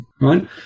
right